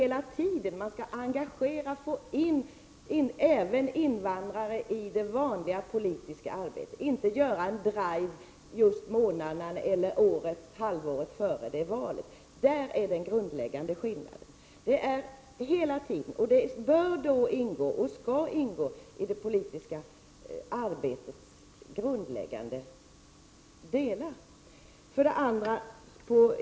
Man skall enligt min mening engagera och få in även invandrare i det vanliga politiska arbetet och inte göra en drive just månaderna eller halvåret före ett val. Där ligger den grundläggande skillnaden mellan oss. Det skall ske hela tiden, och detta bör och skall ingå i det politiska arbetets grundläggande delar.